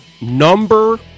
number